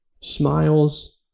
smiles